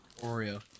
Oreo